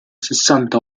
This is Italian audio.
sessanta